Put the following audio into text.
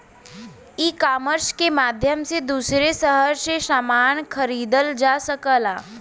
ecommerce के माध्यम से दूसरे शहर से समान खरीदल जा सकला